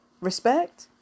Respect